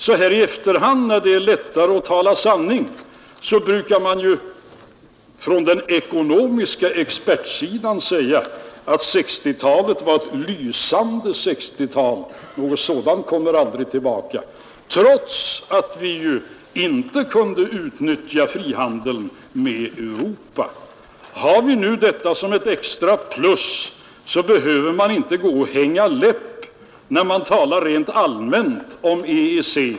Så här i efterhand, när det är lättare att tala sanning, brukar de ekonomiska experterna säga att 1960-talet var ett lysande årtionde — något sådant kommer aldrig tillbaka — och detta trots att vi inte kunde utnyttja frihandeln med Europa. Har vi nu detta som ett extra plus, behöver man inte gå och hänga läpp när man talar rent allmänt om EEC.